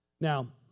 Now